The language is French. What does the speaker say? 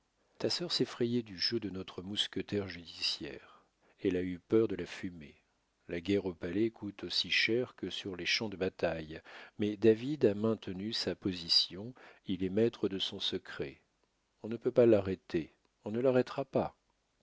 ta sœur s'est effrayée du jeu de notre mousqueterie judiciaire elle a eu peur de la fumée la guerre au palais coûte aussi cher que sur les champs de bataille mais david a maintenu sa position il est maître de son secret on ne peut pas l'arrêter on ne l'arrêtera pas